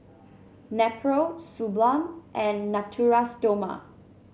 Nepro Suu Balm and Natura Stoma